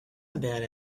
about